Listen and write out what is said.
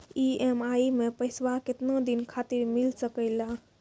EMI मैं पैसवा केतना दिन खातिर मिल सके ला?